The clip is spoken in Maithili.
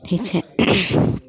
ठीक छै